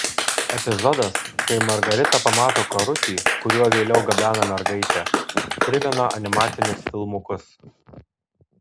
epizodas kai margarita pamato karutį kuriuo vėliau gabena mergaitę primena animacinius filmukus